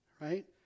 Right